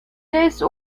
laisse